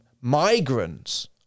Migrants